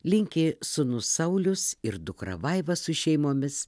linki sūnus saulius ir dukra vaiva su šeimomis